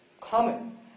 common